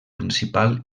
principal